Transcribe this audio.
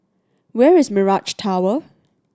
where is Mirage Tower